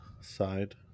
side